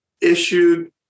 issued